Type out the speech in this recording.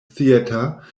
theater